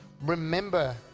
remember